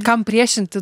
kam priešinti